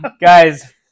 Guys